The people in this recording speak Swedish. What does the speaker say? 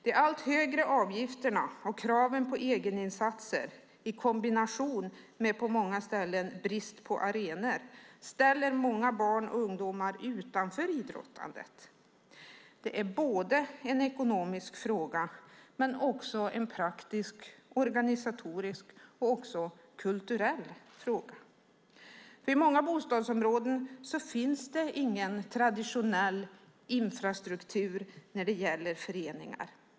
De allt högre avgifterna och kraven på egeninsatser i kombination med, på många ställen, brist på arenor ställer många barn och ungdomar utanför idrottandet. Det är både en ekonomisk och en praktiskt organisatorisk och kulturell fråga. I många bostadsområden finns det ingen traditionell infrastruktur när det gäller föreningar.